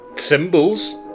symbols